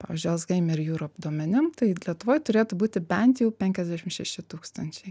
pavyzdžiui alzheimer jūrop duomenim tai lietuvoj turėtų būti bent jau penkiasdešim šeši tūkstančiai